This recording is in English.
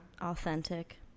authentic